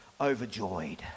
overjoyed